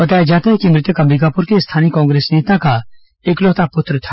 बताया जाता है कि मृतक अंबिकापुर के स्थानीय कांग्रेस नेता का इकलौता पुत्र था